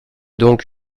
donc